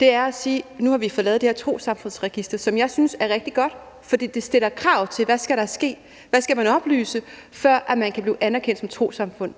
Det er at sige, at nu har vi fået lavet det her Trossamfundsregister, som jeg synes er rigtig godt, fordi det stiller krav til, hvad der skal til, hvad man skal oplyse, før man kan blive anerkendt som trossamfund.